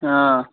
हँ